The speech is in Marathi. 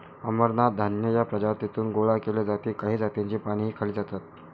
अमरनाथ धान्य या प्रजातीतून गोळा केले जाते काही जातींची पानेही खाल्ली जातात